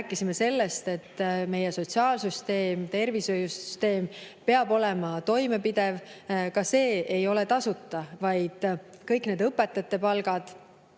rääkisime sellest, et meie sotsiaalsüsteem, tervishoiusüsteem peab olema toimepidev. Ka see ei ole tasuta, vaid kõik need õpetajate palgad,